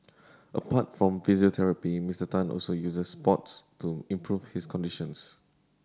apart from physiotherapy Mister Tan also uses sports to improve his conditions